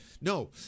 No